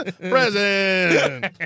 Present